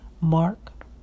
Mark